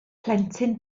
plentyn